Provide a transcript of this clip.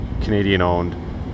Canadian-owned